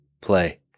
Play